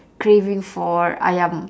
craving for ayam